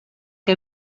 que